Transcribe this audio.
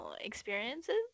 experiences